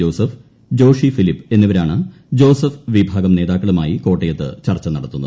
Joseph Joshi Philip എന്നിവരാണ് ജോസഫ് വിഭാഗം നേതാക്കളുമായി കോട്ടയത്ത് ചർച്ച നടത്തുന്നത്